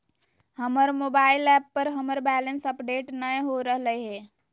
हमर mobile app पर हमर बैलेंस अपडेट नय हो रहलय हें